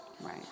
Right